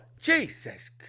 Jesus